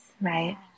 Right